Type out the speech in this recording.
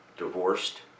divorced